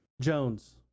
Jones